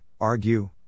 argue